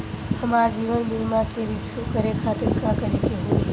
हमार जीवन बीमा के रिन्यू करे खातिर का करे के होई?